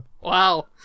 Wow